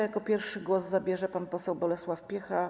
Jako pierwszy głos zabierze pan poseł Bolesław Piecha.